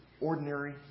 ordinary